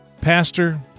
Pastor